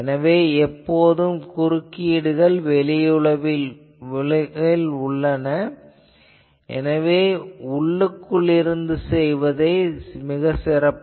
எனவே எப்போதும் குறுக்கீடுகள் வெளி உலகில் உள்ளன எனவே உள்ளுக்குள் இருந்து செய்வதே சிறப்பு